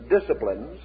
disciplines